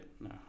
no